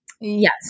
Yes